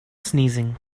sneezing